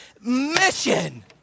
mission